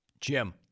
Jim